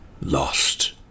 lost